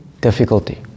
difficulty